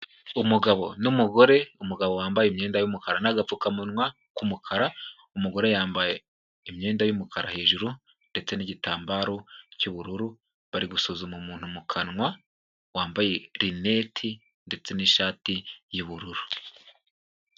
Umugabo n'umugore, umugabo wambaye imyenda y'umukara n'agapfukamunwa k'umukara, umugore yambaye imyenda y'umukara hejuru ndetse n'igitambaro cy'ubururu, bari gusuzuma umuntu mu kanwa, wambaye rineti ndetse n'ishati y'ubururu.